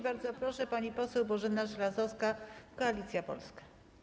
Bardzo proszę, pani poseł Bożena Żelazowska, Koalicja Polska.